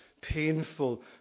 painful